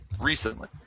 recently